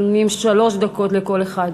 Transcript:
שלוש דקות לכל אחד.